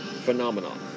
phenomenon